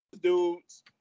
dudes